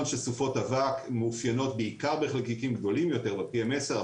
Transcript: שסופות אבק מאופיינות בעיקר בחלקיקים גדולים יותר ב- PM10,